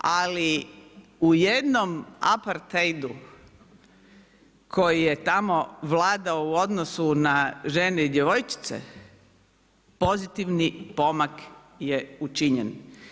Ali u jednom apartheidu koji je tamo vladao u odnosu na žene i djevojčice pozitivni pomak je učinjen.